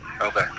Okay